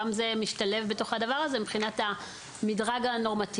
גם זה משתלב בתוך הדבר הזה מבחינת המדרג הנורמטיבי.